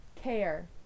Care